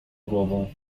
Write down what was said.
głową